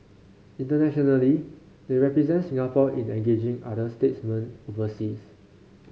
internationally they represent Singapore in engaging other statesmen overseas